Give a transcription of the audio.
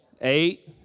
Eight